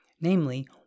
namely